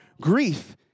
grief